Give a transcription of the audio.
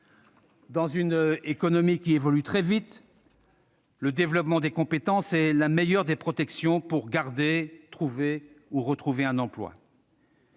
Dans une économie qui évolue très vite, le développement des compétences est la meilleure des protections pour garder, trouver ou retrouver un emploi.